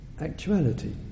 actuality